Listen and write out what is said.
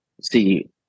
see